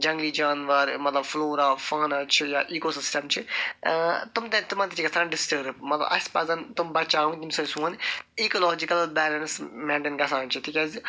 جنٛگلی جانوَر مَطلَب فٕلورا فانا چھ یا ایٖکو سِسٹَم چھُ تِم تہِ تِمن تہِ چھِ گَژھان ڈِسٹٔرٕب مَطلَب اَسہِ پَزَن تِم بَچاوٕنۍ ییٚمہِ سۭتۍ سون ایٖکالاجِکَل بیلٮ۪نٕس مینٹین گَژھان چھُ تِکیازِ